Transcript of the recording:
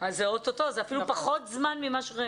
אז זה אפילו פחות זמן.